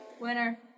Winner